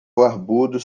barbudo